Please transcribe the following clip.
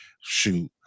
shoot